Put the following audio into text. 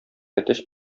әтәч